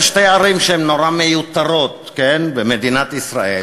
אלה שתי ערים שהן נורא מיותרות במדינת ישראל,